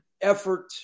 effort